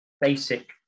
basic